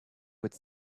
with